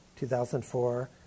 2004